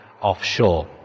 Offshore